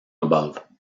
above